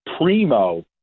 primo